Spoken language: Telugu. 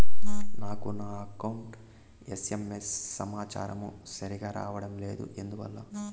నాకు నా అకౌంట్ ఎస్.ఎం.ఎస్ సమాచారము సరిగ్గా రావడం లేదు ఎందువల్ల?